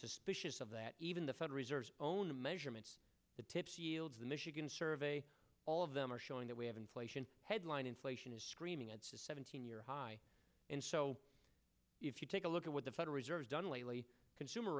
suspicious of that even the fed reserve only measurement the tips yields the michigan survey all of them are showing that we have inflation headline inflation is screaming it's a seventeen year high and so if you take a look at what the federal reserve has done lately consumer